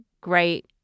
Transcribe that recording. great